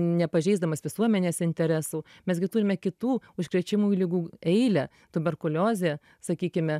nepažeisdamas visuomenės interesų mes gi turime kitų užkrečiamųjų ligų eilę tuberkuliozė sakykime